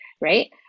right